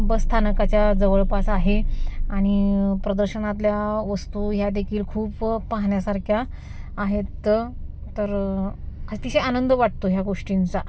बसस्थानकाच्या जवळपास आहे आणि प्रदर्शनातल्या वस्तू ह्या देखील खूप पाहण्यासारख्या आहेत तर अतिशय आनंद वाटतो ह्या गोष्टींचा